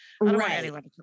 Right